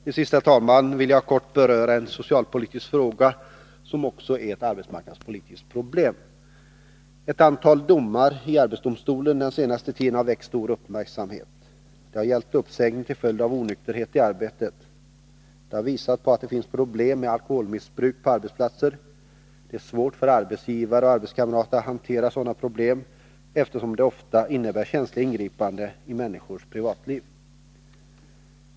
Till sist, herr talman, vill jag kort beröra en socialpolitisk fråga som också har blivit ett arbetsmarknadspolitiskt problem. Ett antal domar i arbetsdomstolen den senaste tiden har väckt stor uppmärksamhet. De har gällt uppsägning till följd av onykterhet i arbetet. De har visat på att det finns problem med alkoholmissbruk på arbetsplatser. Det är svårt för arbetsgivare och arbetskamrater att hantera sådana problem, eftersom det ofta innebär känsliga ingripanden i människors privatliv.